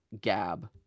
Gab